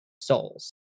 souls